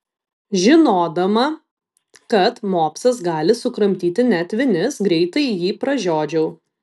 žinodama kad mopsas gali sukramtyti net vinis greitai jį pražiodžiau